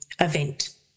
event